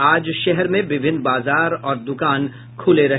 आज शहर में विभिन्न बाजार और दुकान खुले रहे